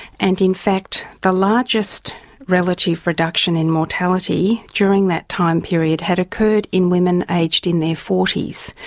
and in fact the largest relative reduction in mortality during that time period had occurred in women aged in their forty s.